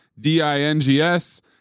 D-I-N-G-S